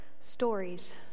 Stories